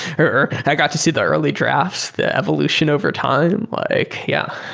or i got to see the early drafts, the evolution overtime. like yeah.